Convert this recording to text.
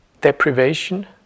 deprivation